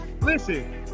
listen